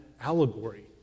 allegory